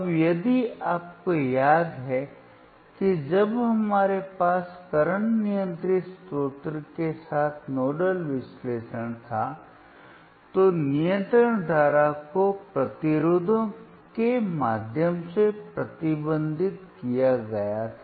अब यदि आपको याद है कि जब हमारे पास करंट नियंत्रित स्रोतों के साथ नोडल विश्लेषण था तो नियंत्रण धारा को प्रतिरोधों के माध्यम से प्रतिबंधित किया गया था